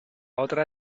otra